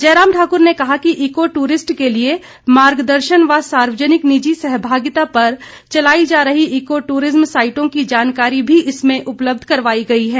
जयराम ठाकुर ने कहा कि ईको दूरिस्ट के लिए मार्गदर्शन व सार्वजनिक निजी सहमागिता पर चलाई जा रही ईको टूरिज़्म साइटों की जानकारी भी इसमें उपलब्ध करवाई गई है